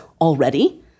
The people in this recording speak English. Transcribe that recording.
already